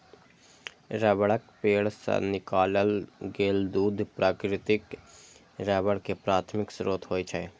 रबड़क पेड़ सं निकालल गेल दूध प्राकृतिक रबड़ के प्राथमिक स्रोत होइ छै